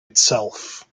itself